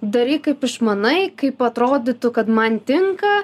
daryk kaip išmanai kaip atrodytų kad man tinka